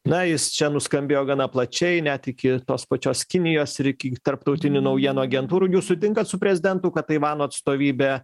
na jis čia nuskambėjo gana plačiai net iki tos pačios kinijos ir iki tarptautinių naujienų agentūrų jūs sutinkat su prezidentu kad taivano atstovybė